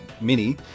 mini